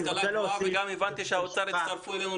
הבנתי שהאוצר הצטרפו אלינו.